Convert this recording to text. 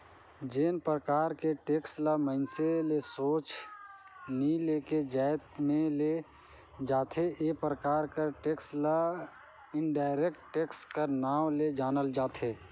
जेन परकार के टेक्स ल मइनसे ले सोझ नी लेके जाएत में ले जाथे ए परकार कर टेक्स ल इनडायरेक्ट टेक्स कर नांव ले जानल जाथे